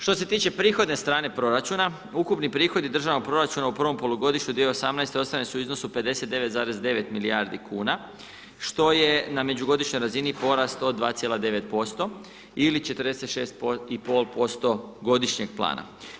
Što se tiče prihodne strane proračuna, ukupni prihodi državnog proračuna u prvom polugodištu 2018. godine, ostvareni su u iznosu 59,9 milijardi kuna, što je na međugodišnjoj razini porast od 2,9% ili 46,5% godišnjeg plana.